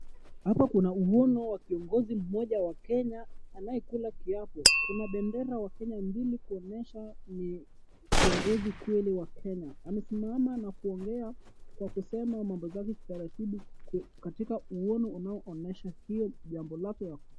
Hapa kuna uono wa kiongozi mmoja wa Kenya anayekula kiapo. Kuna bendera wa Kenya mbili kuonyesha ni kiongozi kweli wa Kenya. Amesimama na kuongea kwa kusema mambo zake kitaratibu katika uono unaonyesha si jambo lake.